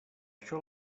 això